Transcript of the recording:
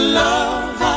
love